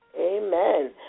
Amen